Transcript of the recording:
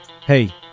Hey